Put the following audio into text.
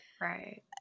right